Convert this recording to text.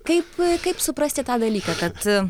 kaip kaip suprasti tą dalyką kad